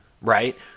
right